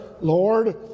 Lord